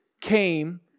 came